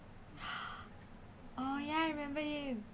oh ya I remember him